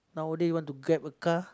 nowadays want to grab a car